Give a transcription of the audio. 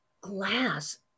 glass